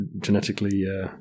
genetically